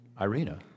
Irina